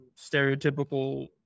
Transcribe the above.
stereotypical